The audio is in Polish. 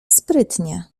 sprytnie